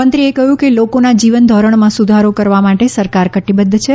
મંત્રીએ કહ્યું કે લોકોના જીવન ધોરણમાં સુધારો કરવા માટે સરકાર કટિબદ્ધ છે